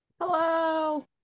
Hello